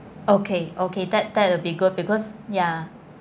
okay okay that that will be good because ya